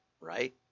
right